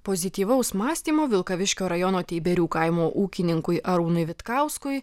pozityvaus mąstymo vilkaviškio rajono teiberių kaimo ūkininkui arūnui vitkauskui